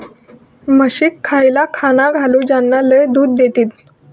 म्हशीक खयला खाणा घालू ज्याना लय दूध देतीत?